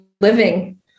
living